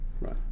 Right